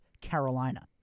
Carolina